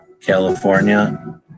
California